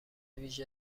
ویژه